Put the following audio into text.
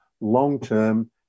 long-term